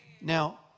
Now